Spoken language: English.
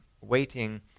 waiting